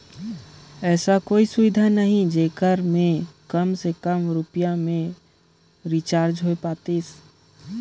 ऐसा कोई सुविधा नहीं जेकर मे काम से काम रुपिया मे रिचार्ज हो पातीस?